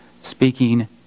speaking